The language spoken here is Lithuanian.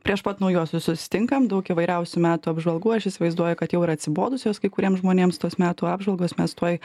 prieš pat naujuosius susitinkam daug įvairiausių metų apžvalgų aš įsivaizduoju kad jau ir atsibodusios kai kuriems žmonėms tos metų apžvalgos mes tuoj